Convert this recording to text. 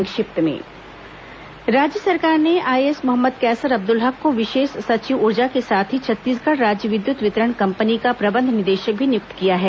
संक्षिप्त समाचार राज्य सरकार ने आईएएस मोहम्मद कैसर अब्दुल हक को विशेष सचिव ऊर्जा के साथ ही छत्तीसगढ़ राज्य विद्युत वितरण कंपनी का प्रबंध निदेशक भी नियुक्त किया है